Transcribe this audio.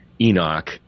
enoch